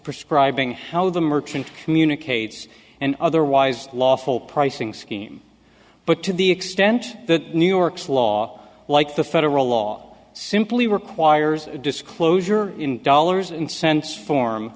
prescribing how the merchant communicates an otherwise lawful pricing scheme but to the extent that new york's law like the federal law simply requires disclosure in dollars and cents form